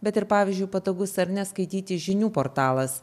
bet ir pavyzdžiui patogus ar ne skaityti žinių portalas